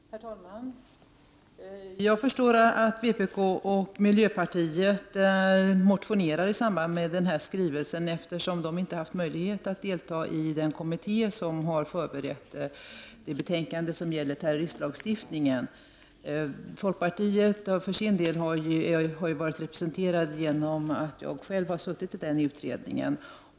Herr talman! Jag förstår att vpk och miljöpartiet motionerar när de får del av den här skrivelsen, eftersom de inte har haft möjlighet att delta i den kommitté som har förberett det betänkande som gäller terroristlagstiftningen. Folkpartiet har representerats av mig i denna kommitté.